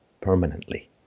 permanently